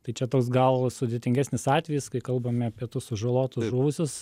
tai čia toks gal sudėtingesnis atvejis kai kalbame apie tuos sužalotus žuvusius